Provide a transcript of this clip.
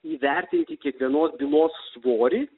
įvertinti kiekvienos bylos svorį